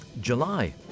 July